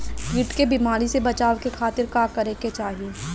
कीट के बीमारी से बचाव के खातिर का करे के चाही?